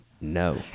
No